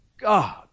God